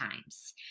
times